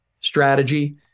strategy